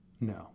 No